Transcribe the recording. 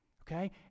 okay